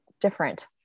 different